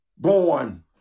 born